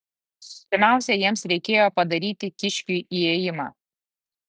pirmiausia jiems reikėjo padaryti kiškiui įėjimą